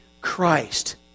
Christ